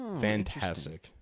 fantastic